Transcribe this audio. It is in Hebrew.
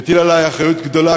הוא מטיל עלי אחריות גדולה,